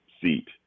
seat